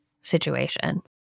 situation